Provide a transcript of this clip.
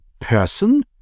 person